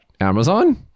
Amazon